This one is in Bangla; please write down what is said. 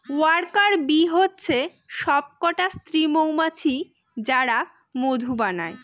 ওয়ার্কার বী হচ্ছে সবকটা স্ত্রী মৌমাছি যারা মধু বানায়